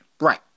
Right